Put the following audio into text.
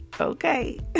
okay